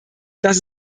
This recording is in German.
dass